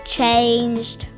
changed